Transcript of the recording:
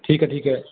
ਠੀਕ ਹੈ ਠੀਕ ਹੈ